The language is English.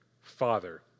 Father